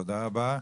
תודה רבה.